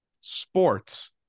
Sports